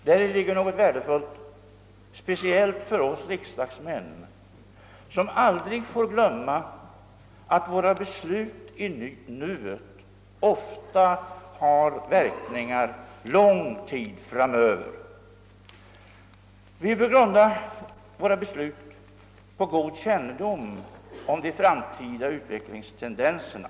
Däri ligger något värdefullt, framför allt för oss riksdagsmän som aldrig får glömma att våra beslut i nuet ofta har verkningar lång tid framöver. Vi bör grunda våra beslut på god känndom om de framtida utvecklingstendenserna.